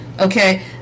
Okay